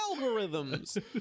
algorithms